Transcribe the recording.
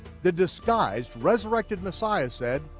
the disguised, resurrected messiah, said,